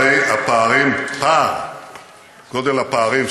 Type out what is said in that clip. גודל הפערים,